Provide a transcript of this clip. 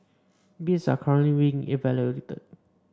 bids are currently being evaluated